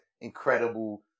incredible